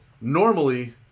Normally